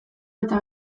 eta